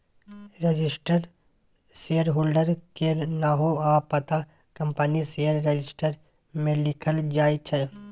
registered shareholder केर नाओ आ पता कंपनीक शेयर रजिस्टर मे लिखल जाइ छै